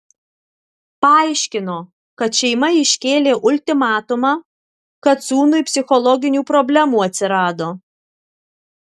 paaiškino kad šeima iškėlė ultimatumą kad sūnui psichologinių problemų atsirado